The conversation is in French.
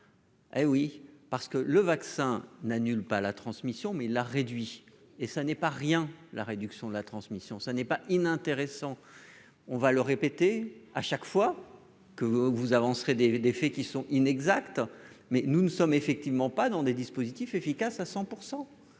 Hé oui parce que le vaccin n'annule pas la transmission mais la réduit et ça n'est pas rien : la réduction de la transmission, ça n'est pas inintéressant, on va le répéter à chaque fois. Que vous avancerait des des faits qui sont inexactes, mais nous ne sommes effectivement pas dans des dispositifs efficaces à 100